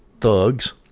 thugs